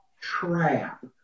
trap